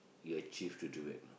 you achieve to do it